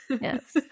Yes